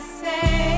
say